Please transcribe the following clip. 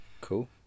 Cool